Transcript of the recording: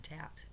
out